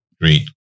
great